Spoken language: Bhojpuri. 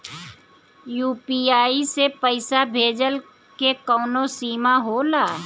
यू.पी.आई से पईसा भेजल के कौनो सीमा होला?